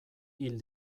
hil